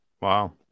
Wow